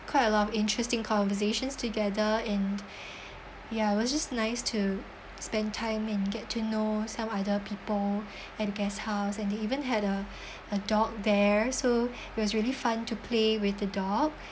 quite a lot of interesting conversations together and ya was just nice to spend time and get to know some other people and guesthouse and they even had a a dog there so it was really fun to play with the dog